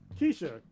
Keisha